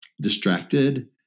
distracted